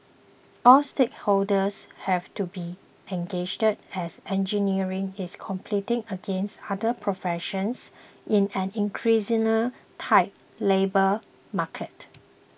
all stakeholders have to be engaged as engineering is competing against other professions in an increasingly tight labour market